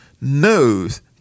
knows